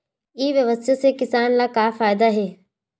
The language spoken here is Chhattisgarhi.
ई व्यवसाय से किसान ला का फ़ायदा हे?